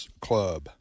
Club